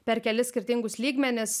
per kelis skirtingus lygmenis